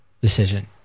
decision